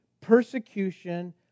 persecution